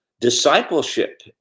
discipleship